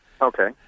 Okay